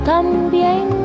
también